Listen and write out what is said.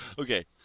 Okay